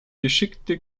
geschickte